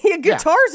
Guitars